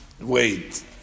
Wait